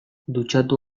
dutxatu